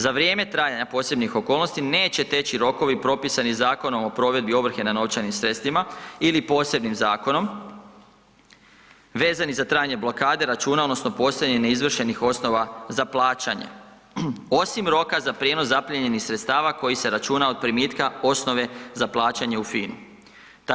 Za vrijeme trajanja posebnih okolnosti, neće teći rokovi propisanih Zakonom o provedbi ovrhe na novčanim sredstvima ili posebnim zakonom vezani za trajanje blokade računa odnosno posljednjih neizvršenih osnova za plaćanje, osim roka za prijenos zaprimljenih sredstava koji se računa od primitka osnove za plaćanje u FINA-i.